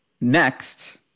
next